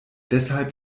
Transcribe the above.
deshalb